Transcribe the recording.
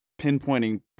pinpointing